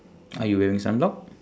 are you wearing sunblock